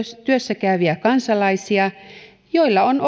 työssä käyviä kansalaisia joilla on